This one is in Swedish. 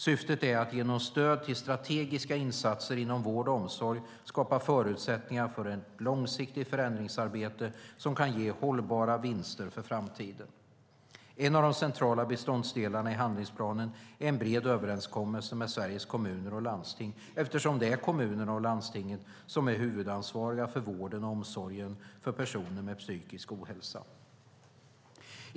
Syftet är att genom stöd till strategiska insatser inom vård och omsorg skapa förutsättningar för ett långsiktigt förändringsarbete som kan ge hållbara vinster för framtiden. En av de centrala beståndsdelarna i handlingsplanen är en bred överenskommelse med Sveriges Kommuner och Landsting eftersom det är kommunerna och landstingen som är huvudansvariga för vården och omsorgen till personer med psykisk ohälsa.